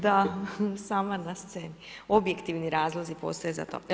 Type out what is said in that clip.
Da, sama na sceni, objektivni razlozi postoje za to.